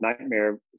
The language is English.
nightmare